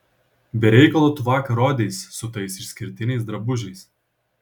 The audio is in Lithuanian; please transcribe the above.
be reikalo tu vakar rodeis su tais išskirtiniais drabužiais